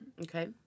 Okay